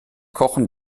kochen